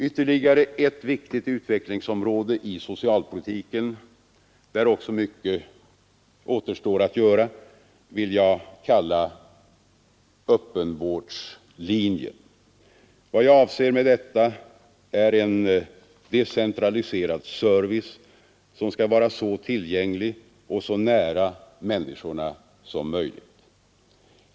Ytterligare ett viktigt utvecklingsområde i socialpolitiken — där också mycket återstår att göra — vill jag kalla öppenvårdslinjen. Vad jag avser med detta är en decentraliserad service, som skall vara så tillgänglig och så nära människorna som möjligt.